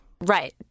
Right